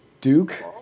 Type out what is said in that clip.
Duke